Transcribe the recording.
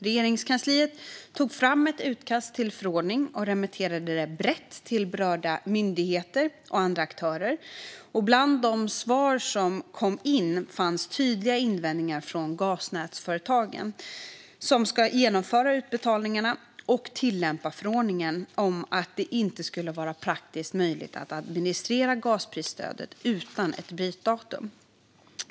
Regeringskansliet tog fram ett utkast till förordning och remitterade det brett till berörda myndigheter och andra aktörer. Bland de svar som kom in fanns tydliga invändningar från gasnätsföretagen, som ska genomföra utbetalningarna och tillämpa förordningen, om att det inte skulle vara praktiskt möjligt att administrera gasprisstödet utan ett brytdatum.